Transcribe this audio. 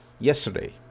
yesterday